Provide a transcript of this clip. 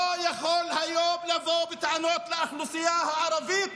לא יכול לבוא היום בטענות לאוכלוסייה הערבית,